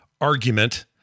argument